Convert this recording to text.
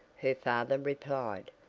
her father replied.